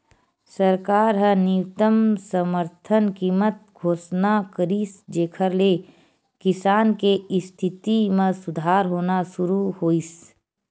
सरकार ह न्यूनतम समरथन कीमत घोसना करिस जेखर ले किसान के इस्थिति म सुधार होना सुरू होइस